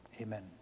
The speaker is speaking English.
amen